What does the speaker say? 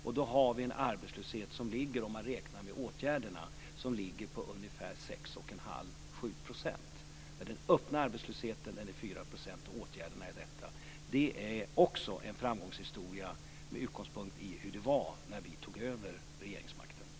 Medräknat åtgärderna har vi således en arbetslöshet på ungefär 6,5-7 %, men den öppna arbetslösheten ligger, som sagt, på 4 %. Det är också en framgångshistoria med utgångspunkt i hur det var när vi tog över regeringsmakten.